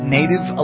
native